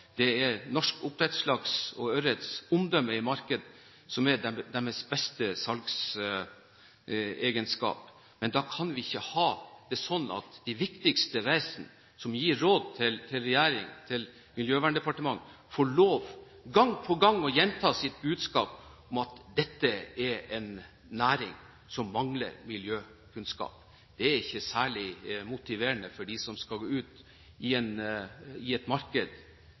er norsk oppdrettslaks og oppdrettsørrets omdømme i markedet som er deres beste salgsegenskap, men da kan vi ikke ha det sånn at de viktigste vesen som gir råd til regjering og miljøverndepartement, gang på gang får lov til å gjenta sitt budskap om at dette er en næring som mangler miljøkunnskap. Det er ikke særlig motiverende for dem som skal ut i et marked